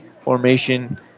formation